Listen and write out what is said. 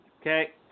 Okay